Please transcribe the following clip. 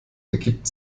ergibt